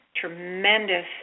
Tremendous